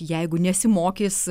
jeigu nesimokys